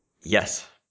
Yes